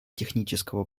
технического